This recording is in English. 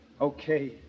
Okay